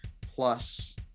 plus